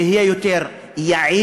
שיהיה יותר יעיל,